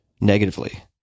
negatively